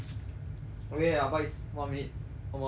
okay ya but it's one minute almost one minute already